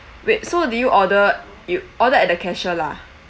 wait so do you order you order at the cashier lah